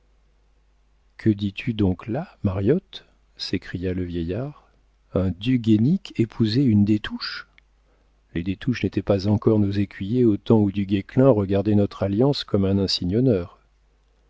que dis-tu donc là mariotte s'écria le vieillard un du guénic épouser une des touches les des touches n'étaient pas encore nos écuyers au temps où duguesclin regardait notre alliance comme un